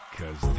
cause